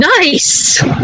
Nice